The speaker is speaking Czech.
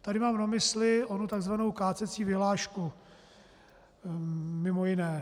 Tady mám na mysli onu takzvanou kácecí vyhlášku mimo jiné.